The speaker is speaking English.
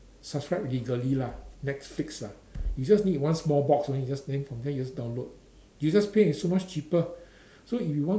subscribe legally lah netflix lah you just need one small box only just then from there you just download you just pay it's so much cheaper so if you want